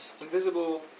invisible